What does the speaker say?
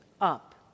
up